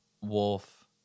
wolf